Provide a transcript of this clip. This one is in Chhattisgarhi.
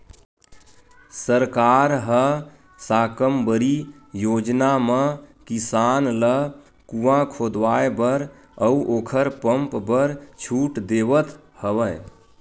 सरकार ह साकम्बरी योजना म किसान ल कुँआ खोदवाए बर अउ ओखर पंप बर छूट देवथ हवय